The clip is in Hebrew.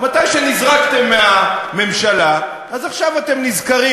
אחרי שנזרקתם מהממשלה, אז עכשיו אתם נזכרים.